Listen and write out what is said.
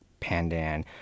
pandan